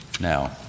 now